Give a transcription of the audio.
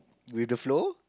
with the flow